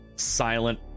silent